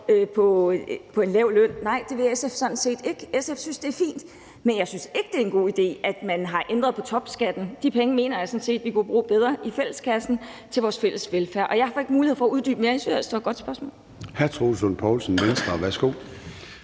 på en lav løn. Nej, det vil SF sådan set ikke. SF synes, det er fint. Men jeg synes ikke, det er en god idé, at man har ændret på topskatten. De penge mener jeg sådan set at vi kunne bruge bedre i fælleskassen til vores fælles velfærd. Og jeg får ikke tid til at uddybe mere; jeg synes ellers, det var et godt spørgsmål.